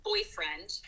Boyfriend